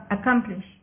accomplish